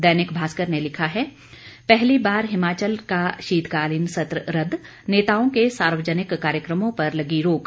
दैनिक भास्कर ने लिखा है पहली बार हिमाचल का शीतकालीन सत्र रदद नेताओं के सार्वजनिक कार्यक्रमों पर लगी रोक